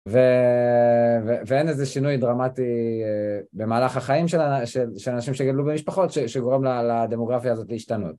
ואין איזה שינוי דרמטי במהלך החיים של אנשים שגדלו במשפחות שגורם לדמוגרפיה הזאת להשתנות.